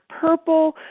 purple